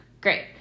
Great